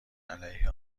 علیه